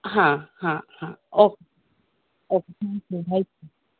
ಹಾಂ ಹಾಂ ಹಾಂ okay okay thank you bye sir